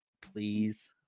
please